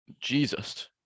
Jesus